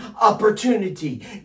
opportunity